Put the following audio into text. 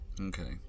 Okay